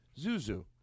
Zuzu